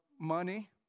money